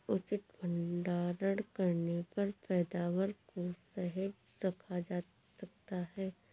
उचित भंडारण करने पर पैदावार को सहेज कर रखा जा सकता है